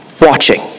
watching